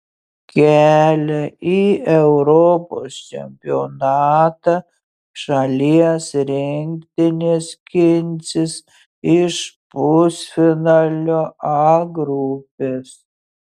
kelią į europos čempionatą šalies rinktinė skinsis iš pusfinalio a grupės